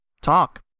talk